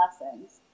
lessons